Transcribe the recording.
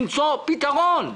למצוא פתרון.